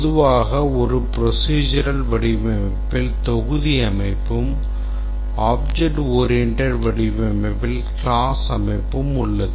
பொதுவாக ஒரு procedural வடிவமைப்பில் தொகுதி அமைப்பும் object oriented வடிவமைப்பில் class அமைப்பும் உள்ளது